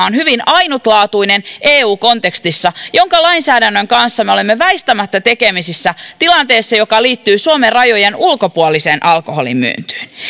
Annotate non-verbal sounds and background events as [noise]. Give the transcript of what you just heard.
[unintelligible] on hyvin ainutlaatuinen eu kontekstissa jonka lainsäädännön kanssa me olemme väistämättä tekemisissä tilanteessa joka liittyy suomen rajojen ulkopuoliseen alkoholin